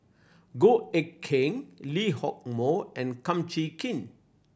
Goh Eck Kheng Lee Hock Moh and Kum Chee Kin